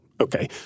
Okay